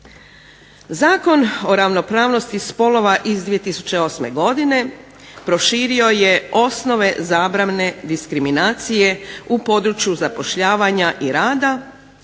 Zakon o ravnopravnosti spolova iz 2008. godine proširio je osnove zabrane diskriminacije u području zapošljavanja i rada